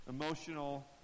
emotional